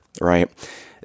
right